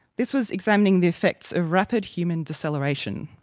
this was examining the effects of rapid human deceleration,